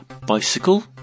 Bicycle